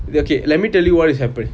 okay let me tell you what is happen